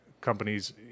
companies